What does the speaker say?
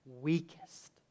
weakest